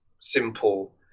simple